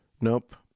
Nope